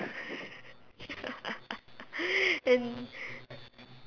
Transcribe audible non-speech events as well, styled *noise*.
*laughs* then